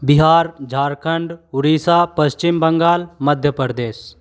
Bihar Jharkhand Orissa Paschim Bengal Madhya Pradesh